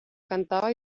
cantaba